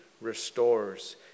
restores